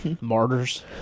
Martyrs